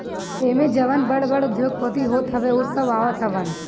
एमे जवन बड़ बड़ उद्योगपति होत हवे उ सब आवत हवन